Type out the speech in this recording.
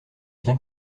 bien